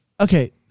okay